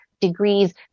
degrees